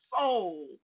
soul